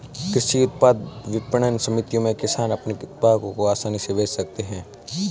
कृषि उत्पाद विपणन समितियों में किसान अपने उत्पादों को आसानी से बेच सकते हैं